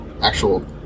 actual